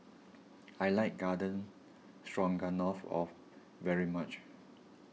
I like Garden Stroganoff off very much